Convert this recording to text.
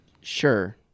Sure